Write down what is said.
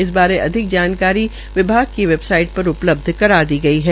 इस बारे अधिक जानकारी विभाग के वेबसाइट पर उपलब्ध करा दी गई है